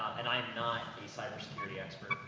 and i'm not a cyber security expert,